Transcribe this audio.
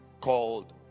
called